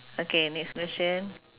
okay next question